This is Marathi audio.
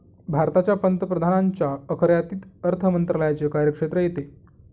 भारताच्या पंतप्रधानांच्या अखत्यारीत अर्थ मंत्रालयाचे कार्यक्षेत्र येते